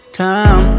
time